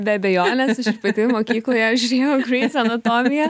be abejonės aš ir pati mokykloje žiūrėjau greis anatomiją